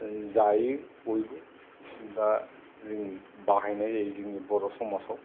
जायो बयबो दा जोंनि बाहायनाय जायो जोंनि बर' समाजाव